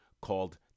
called